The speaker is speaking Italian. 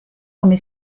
come